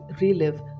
relive